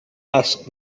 asked